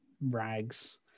rags